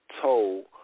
told